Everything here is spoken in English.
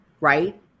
right